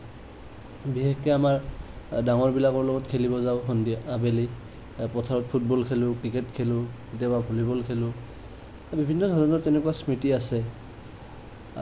বিশেষকে আমাৰ ডাঙৰবিলাকৰ লগত খেলিব যাওঁ আবেলি পথাৰত ফুটবল খেলোঁ ক্ৰীকেট খেলোঁ কেতিয়াব ভলিবল খেলোঁ সেই বিভিন্ন ধৰণৰ তেনেকুৱা স্মৃতি আছে